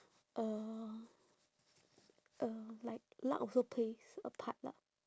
uh uh like luck also plays a part lah